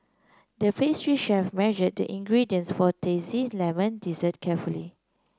the pastry chef measured the ingredients for lemon dessert carefully